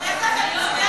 ממש מצליח לכם.